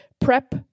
prep